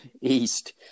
East